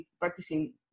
practicing